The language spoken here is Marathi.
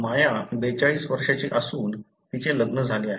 माया 42 वर्षांची असून तिचे लग्न झाले आहे